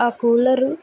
ఆ కూలర్